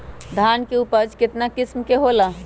धान के उपज केतना किस्म के होला?